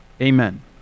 Amen